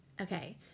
Okay